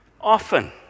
Often